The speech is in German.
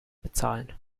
bezahlen